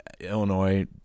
Illinois